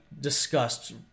discussed